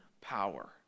power